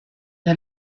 der